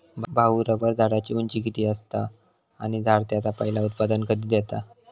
भाऊ, रबर झाडाची उंची किती असता? आणि झाड त्याचा पयला उत्पादन कधी देता?